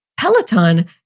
Peloton